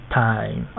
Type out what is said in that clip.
time